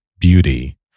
beauty